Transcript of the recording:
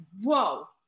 whoa